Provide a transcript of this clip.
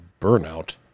burnout